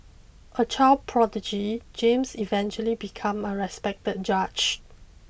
a child prodigy James eventually become a respected judge